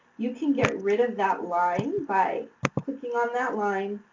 you can get rid of that line by clicking on that line,